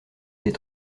des